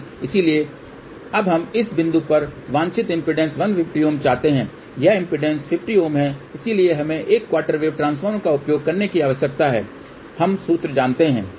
इसलिए अब हम इस बिंदु पर वांछित इम्पीडेन्स 150 Ω चाहते हैं यह इम्पीडेन्स 50 Ω है इसलिए हमें एक क्वार्टर वेव ट्रांसफार्मर का उपयोग करने की आवश्यकता है हम सूत्र जानते हैं